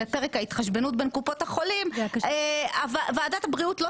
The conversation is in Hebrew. פרק ההתחשבנות בין קופות החולים ועדת הבריאות לא